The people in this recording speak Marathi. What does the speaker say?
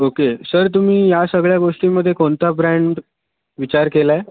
ओके सर तुम्ही या सगळ्या गोष्टीमध्ये कोणता ब्रॅंड विचार केला आहे